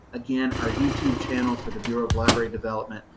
again, our youtube channel for the bureau of library development,